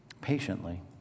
patiently